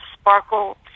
sparkle